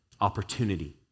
opportunity